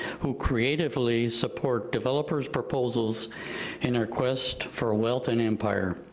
who creatively support developers proposals in our quest for ah wealth and empire.